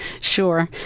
Sure